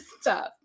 stop